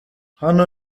hano